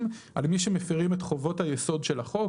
על מי שמפרים את חובות היסוד של החוק,